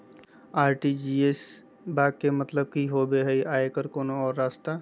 RTGS बा के मतलब कि होबे हय आ एकर कोनो और रस्ता?